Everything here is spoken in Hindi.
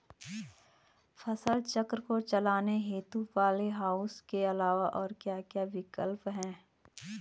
फसल चक्र को चलाने हेतु पॉली हाउस के अलावा और क्या क्या विकल्प हैं?